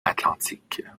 atlantique